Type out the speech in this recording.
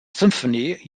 symphony